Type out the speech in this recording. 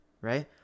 right